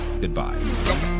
goodbye